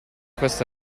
questa